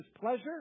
pleasure